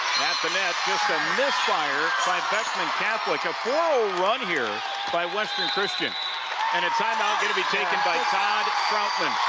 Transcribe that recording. at the net just a misfire by beckman catholic a four zero run here by western christian and a time-out going to be taken by todd troutman.